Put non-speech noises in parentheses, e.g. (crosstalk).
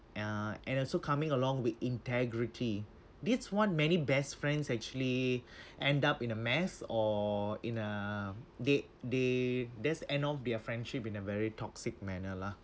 ah and also coming along with integrity this one many best friends actually (breath) end up in a mess or in a they they that's end off their friendship in a very toxic manner lah